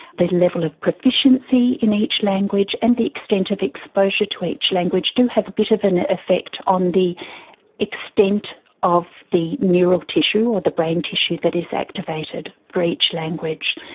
the level of proficiency in each language and the extent of exposure to each language do have a bit of an effect on the extent of the neural tissue or the brain tissue that is activated for each language.